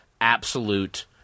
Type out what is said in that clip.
absolute